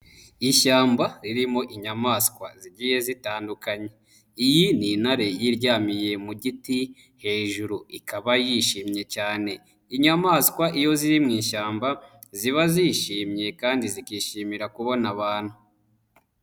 Ishyamba ririmo inyamaswa zigiye zitandukanye, iyi ni intare yiryamiye mu giti hejuru ikaba yishimye cyane. Inyamaswa iyo ziri mu ishyamba, ziba zishimye kandi zikishimira kubona abantu.